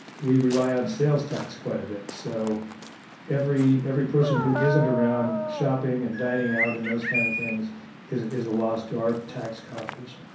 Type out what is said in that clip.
we rely on sales tax quite a bit. so every every person who isn't around shopping and dining out and those kind of things is is a loss to our tax coffers.